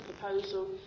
proposal